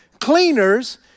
cleaners